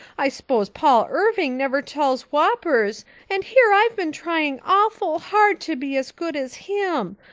i s'pose paul irving never tells whoppers and here i've been trying awful hard to be as good as him,